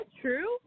true